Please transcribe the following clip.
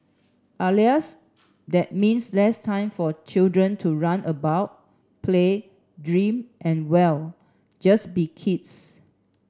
alas that means less time for children to run about play dream and well just be kids